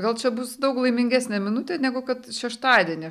gal čia bus daug laimingesnė minutė negu kad šeštadienį